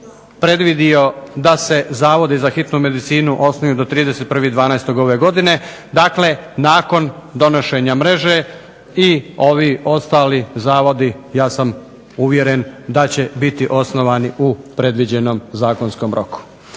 predvidio da se Zavodi za hitnu medicinu osnuju do 31. 12. ove godine, dakle nakon donošenja mreže i ovi ostali zavodi ja sam uvjeren da će biti osnovani u predviđenom zakonskom roku.